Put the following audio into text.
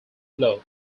floor